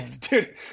dude